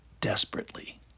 Desperately